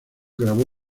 grabó